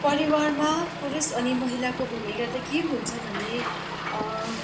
परिवारमा पुरुष अनि महिलाको भूमिका चाहिँ के हुन्छ भने